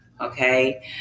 Okay